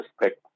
respect